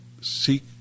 seek